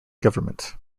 government